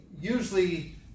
usually